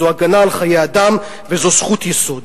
זו הגנה על חיי אדם וזאת זכות יסוד.